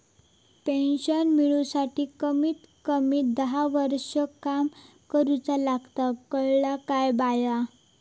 Pension मिळूसाठी कमीत कमी दहा वर्षां काम करुचा लागता, कळला काय बायो?